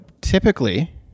typically